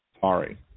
Sorry